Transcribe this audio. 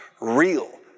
real